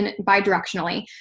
bidirectionally